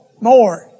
more